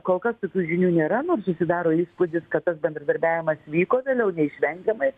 kol kas kitų žinių nėra nors susidaro įspūdis kad tas bendradarbiavimas vyko vėliau neišvengiamai